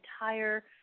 entire